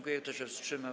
Kto się wstrzymał?